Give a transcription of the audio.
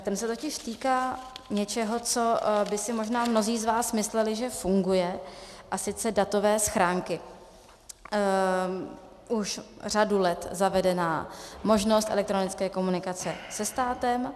Ten se totiž týká něčeho, co by si možná mnozí z vás mysleli, že funguje, a sice datové schránky, už řadu let zavedená možnost elektronické komunikace se státem.